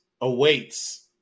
awaits